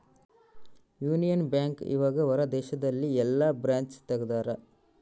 Union Bank ಇವಗ ಹೊರ ದೇಶದಲ್ಲಿ ಯೆಲ್ಲ ಬ್ರಾಂಚ್ ತೆಗ್ದಾರ